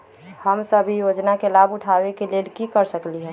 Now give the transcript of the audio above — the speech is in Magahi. हम सब ई योजना के लाभ उठावे के लेल की कर सकलि ह?